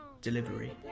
delivery